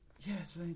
Yes